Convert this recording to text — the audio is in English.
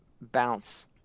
bounce